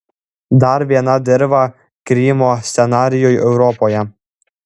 dar viena dirva krymo scenarijui europoje